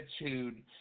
attitude